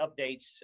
updates